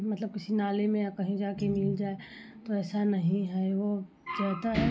मतलब किसी नाले में या कहीं जाके मिल जाए तो ऐसा नहीं है वो जाता है